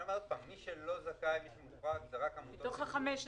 אני אומר עוד פעם: מי שלא זכאי לתמיכות זה רק עמותות --- מתוך 15,000?